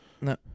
No